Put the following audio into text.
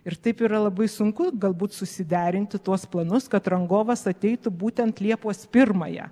ir taip yra labai sunku galbūt susiderinti tuos planus kad rangovas ateitų būtent liepos pirmąją